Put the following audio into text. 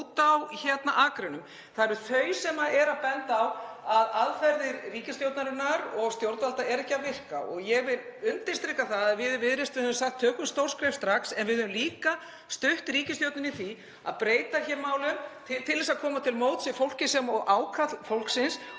á akrinum er að benda á að aðferðir ríkisstjórnarinnar og stjórnvalda eru ekki að virka. Ég vil undirstrika að við í Viðreisn höfum sagt: Tökum stór skref strax. En við höfum líka stutt ríkisstjórnina í því að breyta málum til að koma til móts við fólkið sem og ákalli fólksins